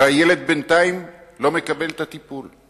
והילד בינתיים לא מקבל את הטיפול.